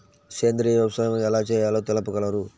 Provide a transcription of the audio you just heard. సేంద్రీయ వ్యవసాయం ఎలా చేయాలో తెలుపగలరు?